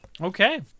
Okay